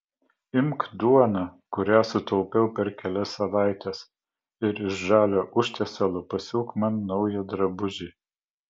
imk duoną kurią sutaupiau per kelias savaites ir iš žalio užtiesalo pasiūk man naują drabužį